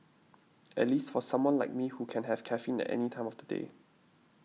at least for someone like me who can have caffeine at any time of the day